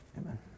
Amen